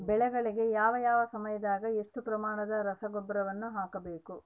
ಬೆಳೆಗಳಿಗೆ ಯಾವ ಯಾವ ಸಮಯದಾಗ ಎಷ್ಟು ಪ್ರಮಾಣದ ರಸಗೊಬ್ಬರವನ್ನು ಹಾಕಬೇಕು?